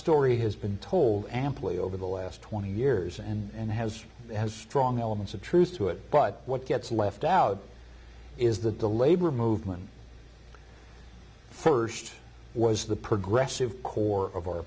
story has been told amply over the last twenty years and has has strong elements of truth to it but what gets left out is that the labor movement st was the progressive core of our